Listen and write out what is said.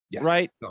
right